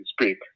speak